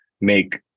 make